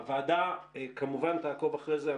הוועדה כמובן תעקוב אחרי זה.